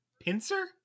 Pincer